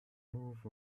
moved